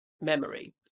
memory